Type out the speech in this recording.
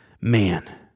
man